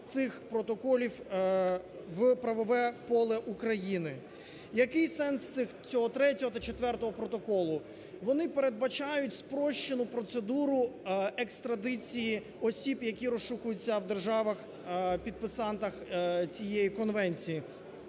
цих протоколів в правове поле України. Який сенс цього Третього та Четвертого протоколу? Вони передбачають спрощену процедуру екстрадиції осіб, які розшукуються в державах-підписантах цієї конвенції,